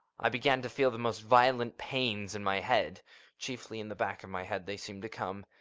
i began to feel the most violent pains in my head chiefly in the back of my head, they seemed to come.